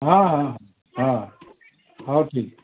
ହଁ ହଁ ହଁ ହଉ ଠିକ